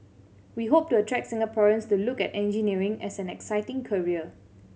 we hope to attract Singaporeans to look at engineering as an exciting career